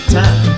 time